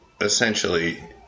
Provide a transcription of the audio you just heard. essentially